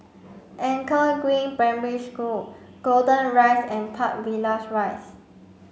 Anchor Green Primary School Golden Rise and Park Villas Rise